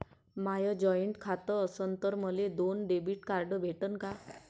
माय joint खातं असन तर मले दोन डेबिट कार्ड भेटन का?